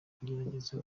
kugerageza